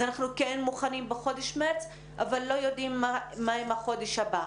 אז אנחנו כן מוכנים בחודש מרץ אבל לא יודעים מה עם החודש הבא.